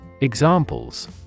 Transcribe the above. Examples